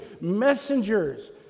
Messengers